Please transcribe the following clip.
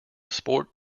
sport